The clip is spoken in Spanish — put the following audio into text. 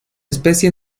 especie